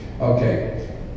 Okay